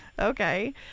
okay